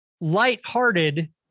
lighthearted